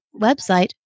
website